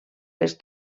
les